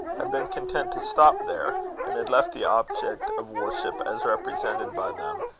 had been content to stop there and had left the object of worship, as represented by them,